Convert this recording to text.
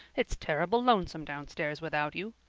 it's terrible lonesome downstairs without you.